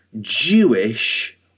Jewish